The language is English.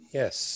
yes